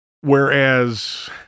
whereas